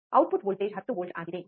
output voltage 10 volt ಆಗಿದೆ